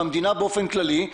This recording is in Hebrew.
במדינה באופן כללי,